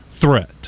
threat